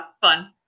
fun